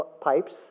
pipes